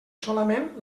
solament